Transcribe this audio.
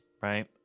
right